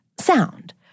sound